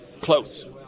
Close